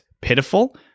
pitiful